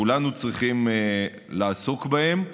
שכולנו צריכים לעסוק בהם.